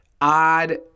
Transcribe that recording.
odd